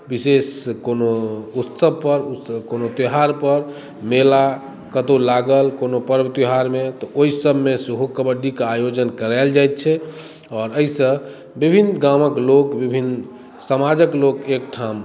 विशेष कोनो उत्सव पर कोनो त्यौहार पर मेला कतौ लागल कोनो पर्व त्यौहार मे तऽ ओहिसब मे सेहो कबड्डी के आयोजन करायल जाइत छै आओर एहिसँ विभिन्न गामक लोक विभिन्न समाजक लोकके एकठाम